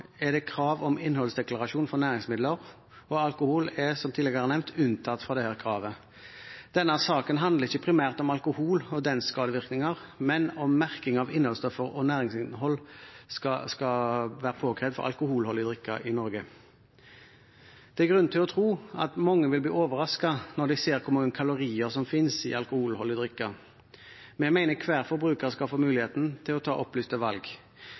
er det krav om innholdsdeklarasjon for næringsmidler, og alkohol er som tidligere nevnt unntatt fra det kravet. Denne saken handler ikke primært om alkohol og dens skadevirkninger, men om merking av innholdsstoffer og næringsinnhold skal være påkrevd for alkoholholdig drikke i Norge. Det er grunn til å tro at mange vil bli overrasket når de ser hvor mange kalorier som finnes i alkoholholdig drikke. Vi mener at hver forbruker skal få muligheten til å ta opplyste valg.